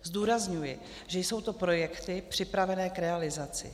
Zdůrazňuji, že jsou to projekty připravené k realizaci.